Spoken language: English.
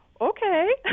okay